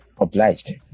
obliged